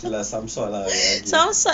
okay lah some sort lah